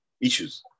issues